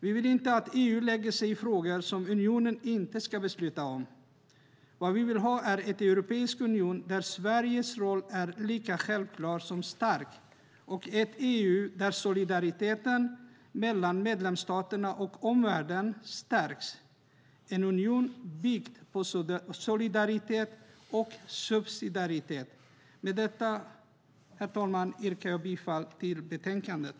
Vi vill inte att EU lägger sig i frågor som unionen inte ska besluta om. Vad vi vill ha är en europeisk union där Sveriges roll är lika självklar som stark och ett EU där solidariteten mellan medlemsstaterna och omvärlden stärks - en union byggd på solidaritet och subsidiaritet. Med detta, herr talman, yrkar jag bifall till utskottets förslag i betänkandet.